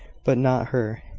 but not her.